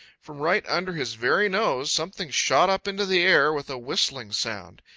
from right under his very nose something shot up into the air with a whistling sound.